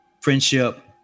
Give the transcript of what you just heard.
friendship